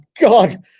god